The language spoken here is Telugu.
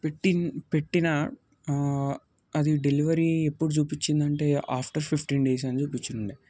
పెట్టిన పెట్టిన అది డెలివరీ ఎప్పుడు చూపించింది అంటే ఆఫ్టర్ ఫిఫ్టీన్ డేస్ అని చూపించిండే